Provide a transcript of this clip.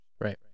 Right